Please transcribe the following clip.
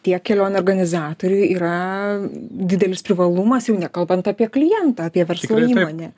tiek kelionių organizatoriui yra didelis privalumas jau nekalbant apie klientą apie verslo įmonę